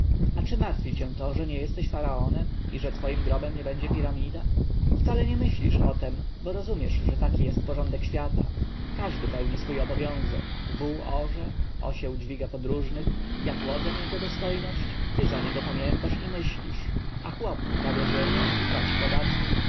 a czy martwi cię to że nie jesteś faraonem i że twoim grobem nie będzie piramida wcale nie myślisz o tem bo rozumiesz że taki jest porządek świata każdy pełni swój obowiązek wół orze osieł dźwiga podróżnych ja chłodzę jego dostojność ty za niego pamiętasz i myślisz a chłop uprawia ziemię i płaci podatki